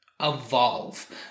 evolve